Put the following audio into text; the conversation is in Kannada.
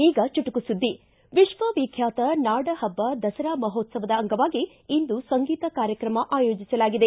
ಈಗ ಚುಟುಕು ಸುದ್ದಿ ವಿಶ್ವವಿಖ್ಡಾತ ನಾಡಹಬ್ಬ ದಸರಾ ಮಹೋತ್ಸವದ ಅಂಗವಾಗಿ ಇಂದು ಸಂಗೀತ ಕಾರ್ಯಕ್ರಮ ಆಯೋಜಿಸಲಾಗಿದೆ